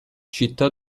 città